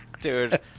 Dude